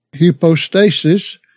hypostasis